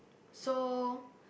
so